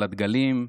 על הדגלים,